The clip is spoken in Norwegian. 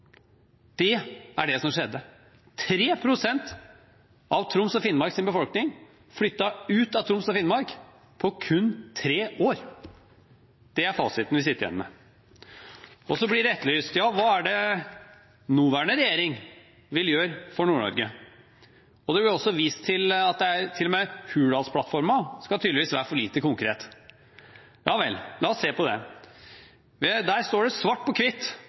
Det er det som skjedde: 3 pst. av Troms og Finnmarks befolkning flyttet ut av Troms og Finnmark på kun tre år. Det er fasiten vi sitter igjen med. Så blir det etterlyst hva nåværende regjering vil gjøre for Nord-Norge. Det blir også vist til at Hurdalsplattformen er for lite konkret. Ja vel, la oss se på det. Der står det svart på